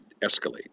escalate